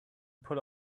pull